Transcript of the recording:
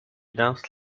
danced